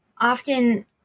Often